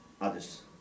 others